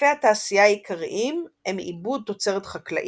ענפי התעשייה העיקריים הם עיבוד תוצרת חקלאית,